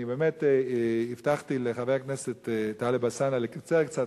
אני באמת הבטחתי לחבר הכנסת טלב אלסאנע לקצר קצת,